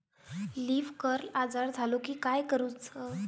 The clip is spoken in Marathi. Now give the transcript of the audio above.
लीफ कर्ल आजार झालो की काय करूच?